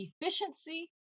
efficiency